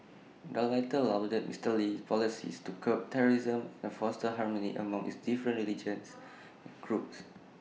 the latter lauded Mister Lee's policies to curb terrorism and foster harmony among its different religious groups